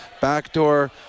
backdoor